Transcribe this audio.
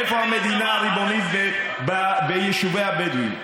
איפה המדינה הריבונית ביישובי הבדואים?